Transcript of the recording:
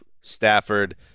Stafford